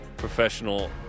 Professional